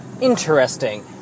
interesting